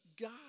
God